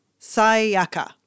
Sayaka